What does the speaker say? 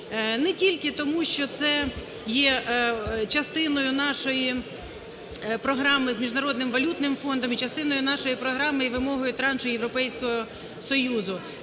Не тільки тому, що це є частиною нашої програми з Міжнародним валютним фондом, і частиною нашої програми і вимогою траншу Європейського Союзу.